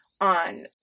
on